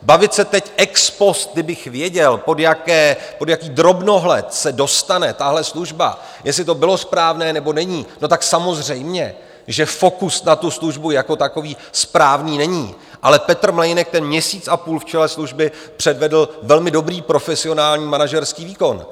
Bavit se teď ex post, kdybych věděl, pod jaký drobnohled se dostane tahle služba, jestli to bylo správné, nebo není no tak samozřejmě, že fokus na tu službu jako takový správný není, ale Petr Mlejnek ten měsíc a půl v čele služby předvedl velmi dobrý profesionální manažerský výkon.